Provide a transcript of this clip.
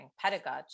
pedagogy